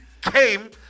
came